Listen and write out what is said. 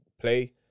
play